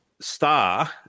star